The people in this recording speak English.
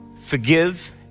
forgive